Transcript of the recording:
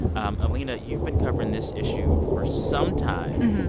um alina, you've been covering this issue for some time.